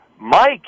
Mike